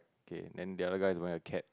okay then the other guy is wearing a cap